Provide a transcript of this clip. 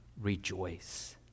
Rejoice